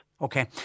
Okay